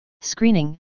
Screening